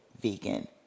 vegan